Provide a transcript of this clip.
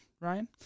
Ryan